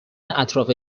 اطراف